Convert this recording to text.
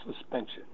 suspension